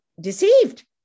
deceived